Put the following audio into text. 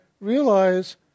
realize